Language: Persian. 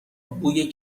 بوی